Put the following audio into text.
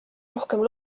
rohkem